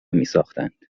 میساختند